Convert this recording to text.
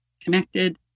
connected